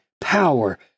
power